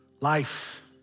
life